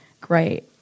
great